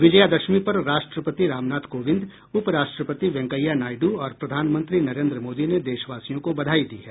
विजयादशमी पर राष्ट्रपति रामनाथ कोविंद उपराष्ट्रपति वैंकेया नायडु और प्रधानमंत्री नरेंद्र मोदी ने देशवासियों को बधाई दी है